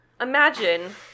imagine